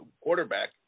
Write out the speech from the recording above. quarterback